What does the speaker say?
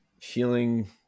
feeling